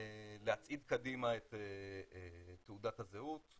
להצעיד קדימה את תעודת הזהות,